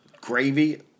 gravy